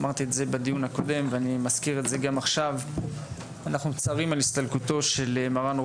אנחנו מצטערים על הסתלקותו של מר"ן,